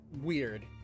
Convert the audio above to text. weird